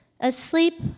Asleep